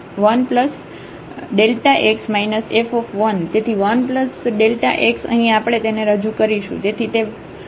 તેથી 1Δx અહીં આપણે તેને રજુ કરીશું